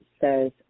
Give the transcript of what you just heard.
says